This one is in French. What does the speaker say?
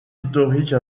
historique